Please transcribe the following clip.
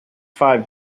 five